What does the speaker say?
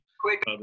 quick